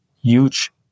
huge